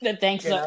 Thanks